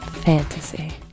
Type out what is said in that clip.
fantasy